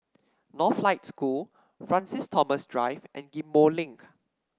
Northlight School Francis Thomas Drive and Ghim Moh Link